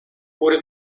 wurde